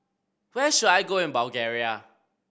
where should I go in Bulgaria